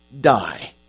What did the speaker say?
die